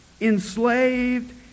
enslaved